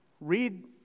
Read